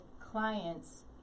clients